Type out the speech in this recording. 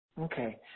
Okay